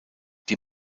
die